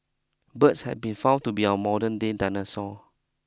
birds have been found to be our modernday dinosaur